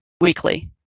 weekly